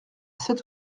sept